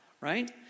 right